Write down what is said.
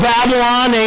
Babylon